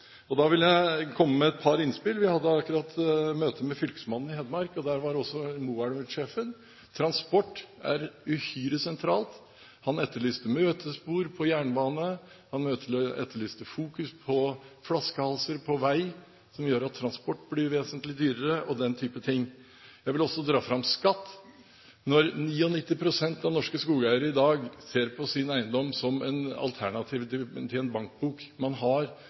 vil komme med et par innspill. Vi hadde akkurat et møte med fylkesmannen i Hedmark, og der var også Moelven-sjefen. Transport er uhyre sentralt. Han etterlyste møtespor på jernbanen og fokus på flaskehalser på vei, som gjør at transport blir vesentlig dyrere. Jeg vil også dra fram skatt, når 99 pst. av norske skogeiere i dag ser på sin eiendom som et alternativ til en bankbok. Skog har